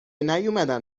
نیومدن